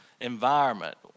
environment